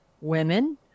women